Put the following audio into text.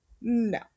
no